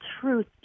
truth